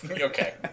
Okay